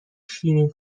شیرین